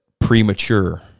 premature